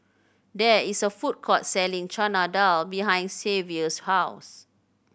there is a food court selling Chana Dal behind Xavier's house